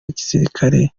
gisirikare